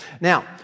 Now